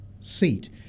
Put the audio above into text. seat